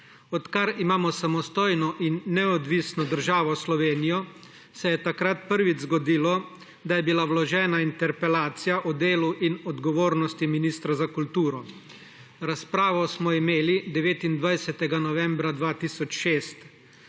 Odkar imamo samostojno in neodvisno državo Slovenijo, se je takrat prvič zgodilo, da je bila vložena interpelacija o delu in odgovornosti ministra za kulturo. Razpravo smo imeli 29. novembra 2006.